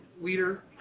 leader